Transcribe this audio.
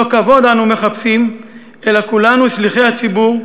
לא כבוד אנו מחפשים, אלא כולנו שליחי הציבור,